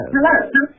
Hello